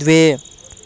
द्वे